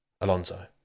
Alonso